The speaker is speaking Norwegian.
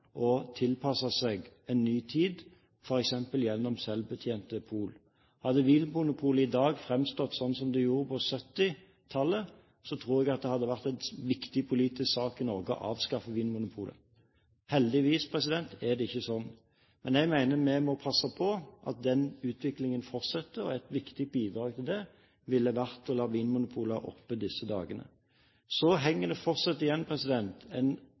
å tilpasse seg en ny tid, f.eks. gjennom selvbetjente pol. Hadde Vinmonopolet i dag framstått som det gjorde på 1970-tallet, tror jeg det hadde vært en viktig politisk sak i Norge å avskaffe Vinmonopolet. Heldigvis er det ikke slik. Men jeg mener at vi må passe på at den utviklingen fortsetter. Et viktig bidrag til det ville vært å la Vinmonopolet ha åpent disse dagene. Så henger det fortsatt igjen